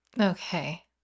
Okay